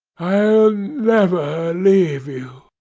i'll never leave you